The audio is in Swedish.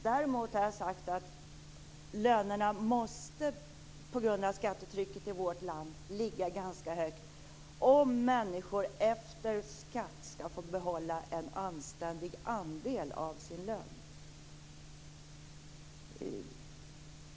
Däremot har jag sagt att lönerna måste på grund av skattetrycket i vårt land ligga ganska högt om människor efter skatt skall få behålla en anständig andel av sin lön.